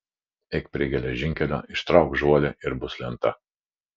eik prie geležinkelio ištrauk žuolį ir bus lenta